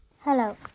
Hello